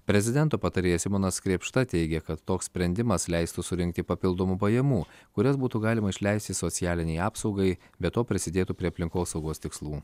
prezidento patarėjas simonas krėpšta teigia kad toks sprendimas leistų surinkti papildomų pajamų kurias būtų galima išleisti socialinei apsaugai be to prisidėtų prie aplinkosaugos tikslų